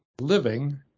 living